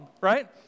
right